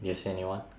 you see anyone